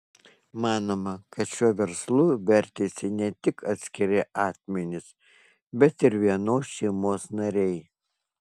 manoma kad šiuo verslu vertėsi ne tik atskiri asmenys bet ir vienos šeimos nariai